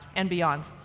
and beyond.